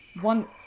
One